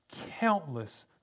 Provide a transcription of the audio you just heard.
countless